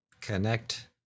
connect